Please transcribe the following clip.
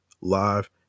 live